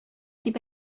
дип